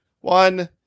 one